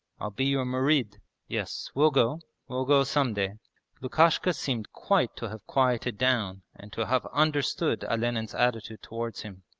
i'll be your murid yes, we'll go we'll go some day lukashka seemed quite to have quieted down and to have understood olenin's attitude towards him.